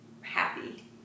happy